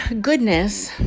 goodness